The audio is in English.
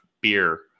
beer